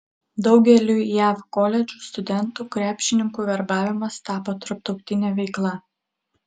daugeliui jav koledžų studentų krepšininkų verbavimas tapo tarptautine veikla